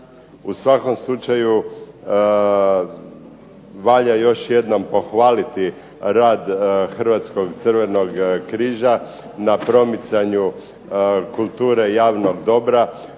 U svakom slučaju, valja još jednom pohvaliti rad Hrvatskog Crvenog križa na promicanju kulture javnog dobra,